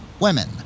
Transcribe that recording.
women